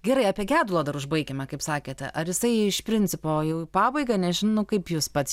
gerai apie gedulą dar užbaikime kaip sakėte ar jisai iš principo jau į pabaigą nežinau kaip jūs pats